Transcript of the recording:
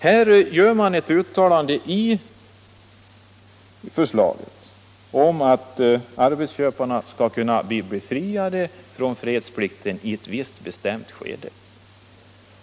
Här gör man ett uttalande i förslaget att arbetsköparna skall kunna bli befriade från fredsplikt i ett visst bestämt skede.